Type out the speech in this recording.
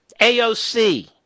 AOC